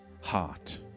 heart